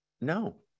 no